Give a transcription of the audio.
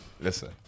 Listen